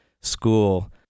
school